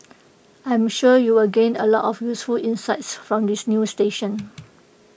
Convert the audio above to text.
I am sure you will gain A lot of useful insights from this new station